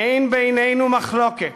אין בינינו מחלוקת